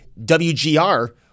WGR